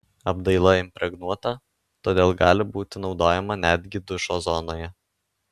apdaila impregnuota todėl gali būti naudojama netgi dušo zonoje